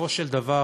בסופו של דבר,